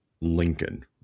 Lincoln